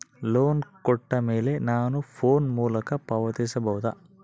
Loan ಕೊಟ್ಟ ಮೇಲೆ ನಾನು ಫೋನ್ ಮೂಲಕ ಪಾವತಿಸಬಹುದಾ?